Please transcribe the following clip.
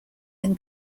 than